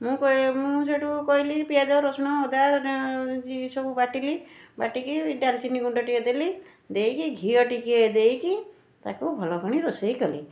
ମୁଁ ମୁଁ ସେଇଠୁ କହିଲି ପିଆଜ ରସୁଣ ଅଦା ଜିରା ସବୁ ବାଟିଲି ବାଟିକି ଡାଲଚିନି ଗୁଣ୍ଡ ଟିକିଏ ଦେଲି ଦେଇକି ଘିଅ ଟିକିଏ ଦେଇକି ତାକୁ ଭଲକିନି ରୋଷେଇ କଲି